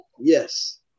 Yes